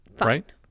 right